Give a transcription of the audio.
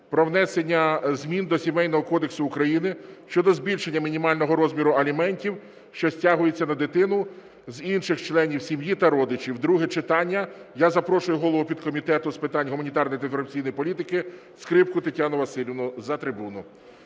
про внесення змін до Сімейного кодексу України (щодо збільшення мінімального розміру аліментів, що стягуються на дитину з інших членів сім'ї та родичів) (друге читання). Я запрошую голову підкомітету з питань гуманітарної та інформаційної політики Скрипку Тетяну Василівну за трибуну.